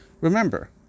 remember